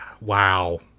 Wow